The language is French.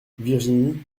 virginie